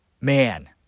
man